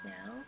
Now